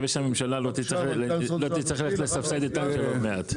שהממשלה לא תצטרך ללכת לסבסד את אנג'ל עוד מעט.